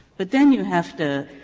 but then you have to,